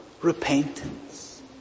repentance